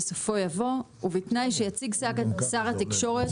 בסופו יבוא 'ובתנאי שיציג שר התקשורת